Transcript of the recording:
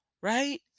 right